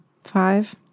Five